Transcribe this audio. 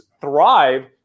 thrive